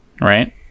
right